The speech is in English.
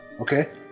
Okay